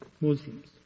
Muslims